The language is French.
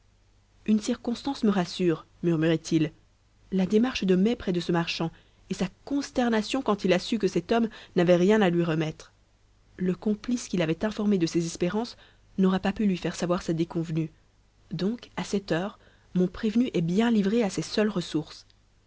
une circonstance me rassure murmurait-il la démarche de mai près de ce marchand et sa consternation quand il a su que cet homme n'avait rien à lui remettre le complice qui l'avait informé de ses espérances n'aura pas pu lui faire savoir sa déconvenue donc à cette heure mon prévenu est bien livré à ses seules ressources